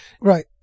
Right